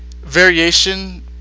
variation